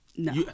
No